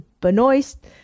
Benoist